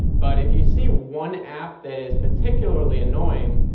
but if you see one app that is particularly annoying,